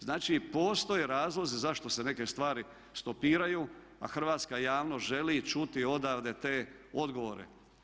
Znači, postoje razlozi zašto se neke stvari stopiraju, a hrvatska javnost želi čuti odavde te odgovore.